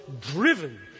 driven